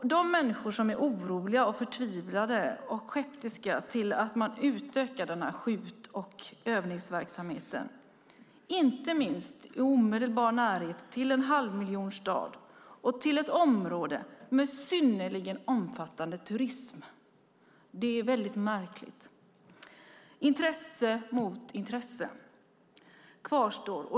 Människor är oroliga, förtvivlade och skeptiska till att man utökar skjut och övningsverksamheten, inte minst i omedelbar närhet till en halvmiljonstad och till ett område med synnerligen omfattande turism. Det är väldigt märkligt. Intresse mot intresse kvarstår.